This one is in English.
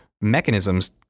mechanisms